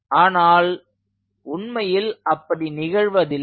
ஆனால் உண்மையில் அப்படி நிகழ்வதில்லை